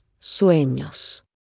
sueños